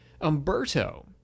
Umberto